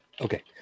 okay